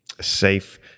safe